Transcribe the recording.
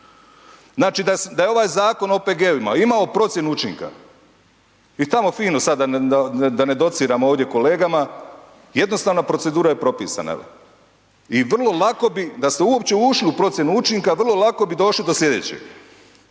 Znači da je ovaj zakon o OPG-ovima imao procjenu učinka i tamo fino sada da ne dociram ovdje kolegama jednostavna procedura je propisana i vrlo lako bi da ste uopće ušli u procjenu učinka, vrlo lako bi došli do slijedećeg.